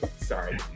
Sorry